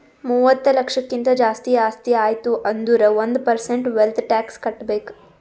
ಮೂವತ್ತ ಲಕ್ಷಕ್ಕಿಂತ್ ಜಾಸ್ತಿ ಆಸ್ತಿ ಆಯ್ತು ಅಂದುರ್ ಒಂದ್ ಪರ್ಸೆಂಟ್ ವೆಲ್ತ್ ಟ್ಯಾಕ್ಸ್ ಕಟ್ಬೇಕ್